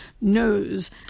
knows